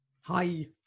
Hi